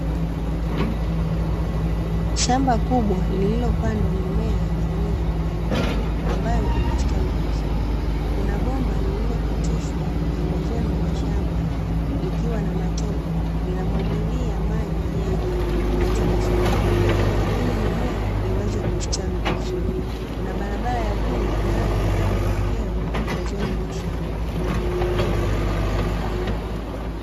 Shamba kubwa lililopandwa mimea jamii ya mahindi ambayo imestawi vizuri. Kuna bomba lililopitishwa pembezoni mwa shamba lililo na matobo, linamwagilia maji yake katika shamba hilo ili mimea iweze kustawi vizuri. Kuna barabraba ya vumbi inayoelekea uelekeo pembezoni mwa shamba.